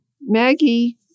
Maggie